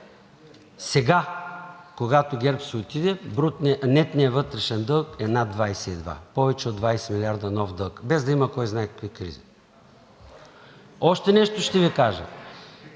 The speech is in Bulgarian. Сега, когато ГЕРБ си отиде, нетният вътрешен дълг е над 22 – повече от 20 милиарда нов дълг, без да има кой знае какви кризи. Още нещо